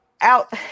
out